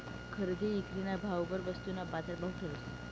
खरेदी ईक्रीना भाववर वस्तूना बाजारभाव ठरस